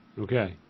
Okay